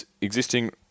existing